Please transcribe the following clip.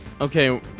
Okay